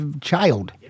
child